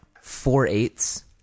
four-eighths